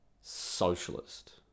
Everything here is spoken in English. socialist